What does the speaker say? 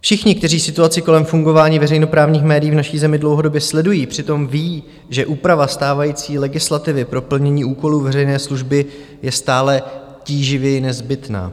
Všichni, kteří situaci kolem fungování veřejnoprávních médií v naší zemi dlouhodobě sledují, přitom vědí, že úprava stávající legislativy pro plnění úkolů veřejné služby je stále tíživěji nezbytná.